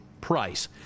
price